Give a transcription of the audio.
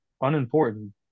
unimportant